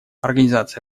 организация